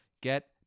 get